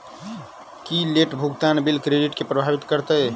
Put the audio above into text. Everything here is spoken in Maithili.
की लेट भुगतान बिल क्रेडिट केँ प्रभावित करतै?